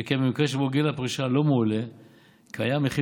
שכן במקרה שבו גיל הפרישה לא מועלה קיים מחיר